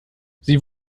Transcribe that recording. sie